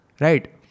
right